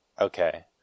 Okay